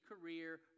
career